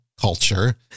culture